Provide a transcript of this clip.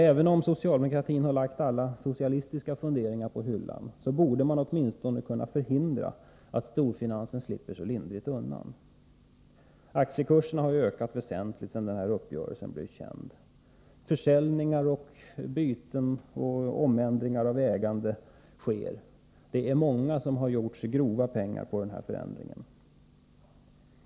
Även om socialdemokratin har lagt alla socialistiska funderingar på hyllan, borde man åtminstone kunna förhindra att storfinansen slipper så lindrigt undan. Aktiekurserna har ju ökat väsentligt sedan uppgörelsen blev känd. Det sker försäljningar, byten och ändringar i ägandeförhållandena. Det är många som har gjort sig grova pengar på denna förändring.